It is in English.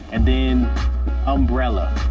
and then umbrella.